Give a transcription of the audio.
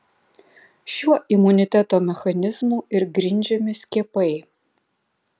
šiuo imuniteto mechanizmu ir grindžiami skiepai